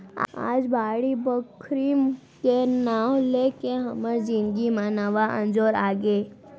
आज बाड़ी बखरी के नांव लेके हमर जिनगी म नवा अंजोर आगे